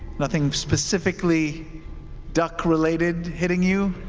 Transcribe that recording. nothing specifically duck-related hitting you?